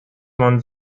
man